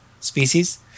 species